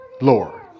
Lord